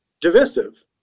divisive